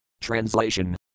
Translation